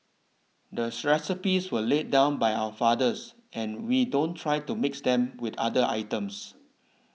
the recipes were laid down by our fathers and we don't try to mix them with other items